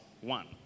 one